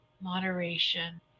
moderation